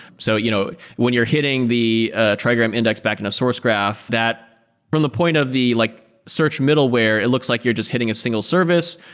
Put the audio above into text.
so you know when you're hitting the trigram index backend of sourcegraph, from the point of the like search middleware, it looks like you're just hitting a single service.